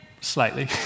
Slightly